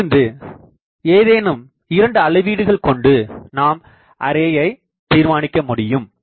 இதிலிருந்து ஏதேனும் 2 அளவீடுகள் கொண்டு நாம் அரேயை தீர்மானிக்க முடியும்